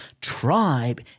tribe